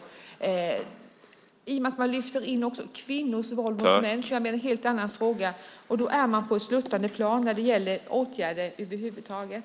I och med att man också lyfter in kvinnors våld mot män blir det en helt annan fråga. Då är man på ett sluttande plan när det gäller åtgärder över huvud taget.